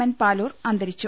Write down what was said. N Paloor അന്തരിച്ചു